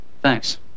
Thanks